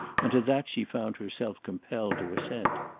and to that she found herself compelled to assent.